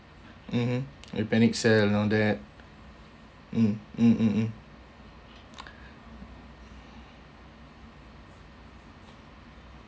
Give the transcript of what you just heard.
mmhmm panic sell and that mm mm mm mm